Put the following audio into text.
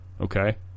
Okay